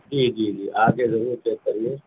جی جی جی آ کے ضرور چیک کر لیں